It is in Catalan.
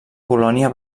polònia